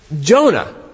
Jonah